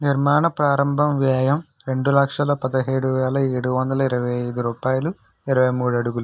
నిర్మాణ ప్రారంభం వ్యయం రెండు లక్షల పదిహేడు వేల ఏడు వందల ఇరవై ఐదు రూపాయిలు ఇరవై మూడు అడుగులు